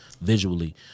visually